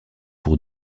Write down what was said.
pour